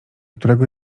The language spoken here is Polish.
którego